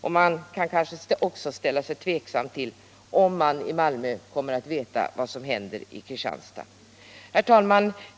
Och det kanske också kan ifrågasättas om man i Malmö kommer att veta vad som händer i Kristianstad. Herr talman!